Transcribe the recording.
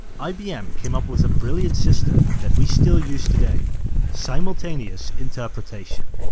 ibm came up with a brilliant system that we still use today simultaneous interpretation.